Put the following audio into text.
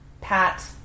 Pat